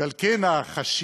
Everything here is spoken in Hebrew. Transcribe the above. ועל כן החשיבות